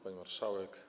Pani Marszałek!